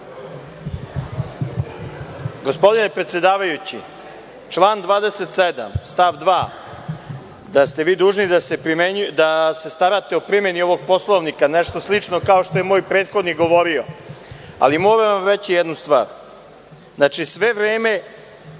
Gospodine predsedavajući, član 27. stav 2. da ste vi dužni da se starate o primeni ovog Poslovnika nešto slično kao što je moj prethodnik govorio, ali moram vam reći jednu stvar. Znači, sve vreme